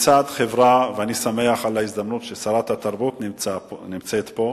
ואני שמח על ההזדמנות ששרת התרבות נמצאת פה,